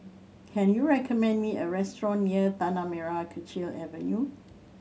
can you recommend me a restaurant near Tanah Merah Kechil Avenue